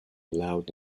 allowed